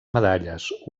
medalles